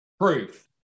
proof